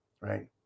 right